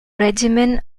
regimen